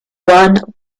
one